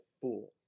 fool